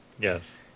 Yes